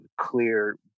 clear